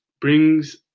brings